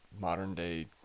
modern-day